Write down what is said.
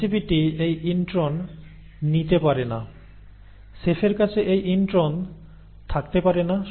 রেসিপিটি এই ইন্ট্রন নিতে পারে না শেফের কাছে এই ইন্ট্রন থাকতে পারে না